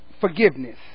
forgiveness